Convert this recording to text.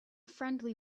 friendly